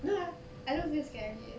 no ah I don't feel scary eh